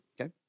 okay